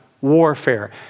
warfare